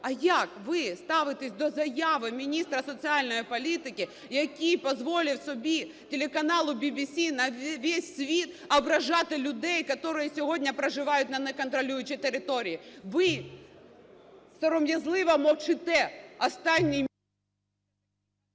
а як ви ставитесь до заяви міністра соціальної політики, який дозволив собі, телеканалу ВВС на весь світ ображати людей, которые сьогодні проживають на неконтролюючій території? Ви сором'язливо мовчите останній...